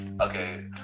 Okay